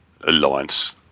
Alliance